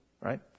right